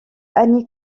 annie